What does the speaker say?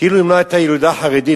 כאילו אם לא היתה ילודה חרדית,